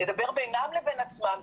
לדבר בינם לבין עצמם,